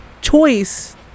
choice